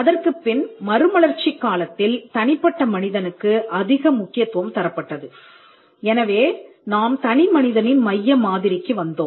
அதற்குப்பின் மறுமலர்ச்சிக் காலத்தில் தனிப்பட்ட மனிதனுக்கு அதிக முக்கியத்துவம் தரப்பட்டது எனவே நாம் தனிமனிதனின் மைய மாதிரிக்கு வந்தோம்